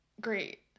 great